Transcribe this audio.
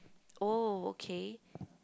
oh okay